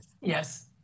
Yes